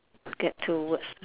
get two words